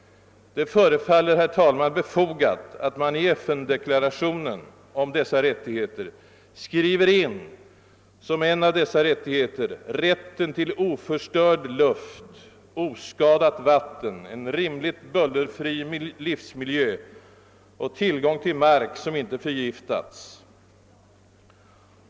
Det förefaller, herr talman, befogat att man i FN-deklarationen om dessa rättigheter som en av dem skriver in rätten till oförstörd luft, oskadat vatten, en rimligt bullerfri livsmiljö och tillgång till mark, som inte förgiftats.